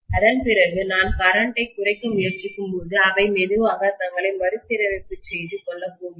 அதன்பிறகு நான் கரண்ட்டைமின்னோட்டத்தைக் குறைக்க முயற்சிக்கும்போது அவை மெதுவாக தங்களை மறுசீரமைப்பு செய்து கொள்ளப் போகிறது